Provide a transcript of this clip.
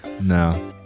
No